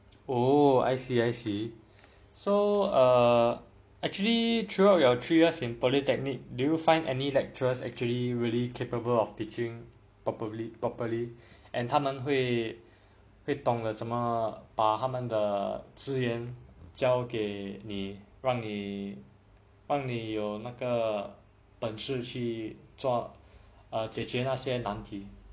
oh I see I see so err actually throughout your three years in polytechnic did you find any lecturers actually really capable of teaching properly properly and 他们还会懂得怎么把他们的资源教给你让你帮你有那个本是去做去解决那些难题